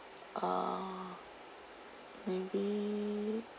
err maybe